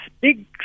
big